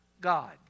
God